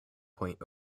point